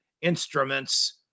instruments